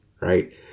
right